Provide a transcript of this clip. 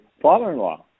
father-in-law